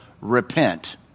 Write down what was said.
repent